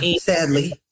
sadly